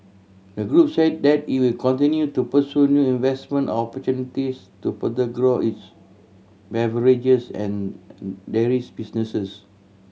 the group say that it will continue to pursue new investment opportunities to further grow its beverages and dairies businesses